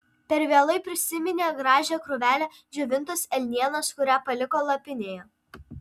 per vėlai prisiminė gražią krūvelę džiovintos elnienos kurią paliko lapinėje